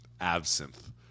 Absinthe